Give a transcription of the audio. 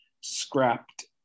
scrapped